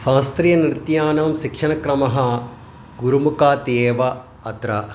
शास्त्रीयनृत्यानां शिक्षणक्रमः गुरुमुखात् एव अत्र